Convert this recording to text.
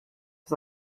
was